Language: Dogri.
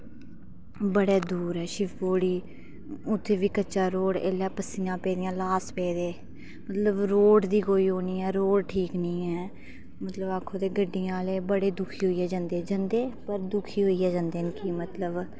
बड़े दूर ऐ शिवखोड़ी उत्थै बी कच्चा रोड़ ऐल्लै पस्सियां पेदियां ल्हास पेदे रोड़ दी कोई ओह् निं ऐ रोड़ ठीक निं ऐ मतलब आक्खो की गड्डियां आह्ले बड़े दुखी होंदे जंदे पर दुखी होइयै जंदे की मतलब